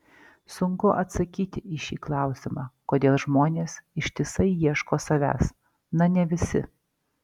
sunku atsakyti į šį klausimą kodėl žmonės ištisai ieško savęs na ne visi